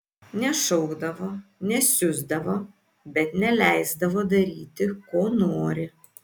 nešaukdavo nesiusdavo bet neleisdavo daryti ko nori